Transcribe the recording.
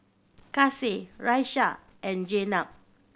Kasih Raisya and Jenab